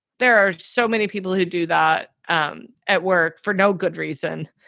there are so many people who do that um at work for no good reason.